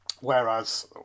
Whereas